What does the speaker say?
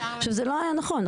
שזה לא היה נכון,